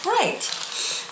Right